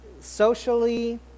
Socially